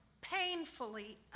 painfully